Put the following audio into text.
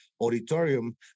auditorium